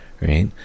right